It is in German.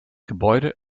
gebäude